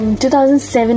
2007